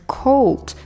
cold